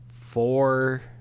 four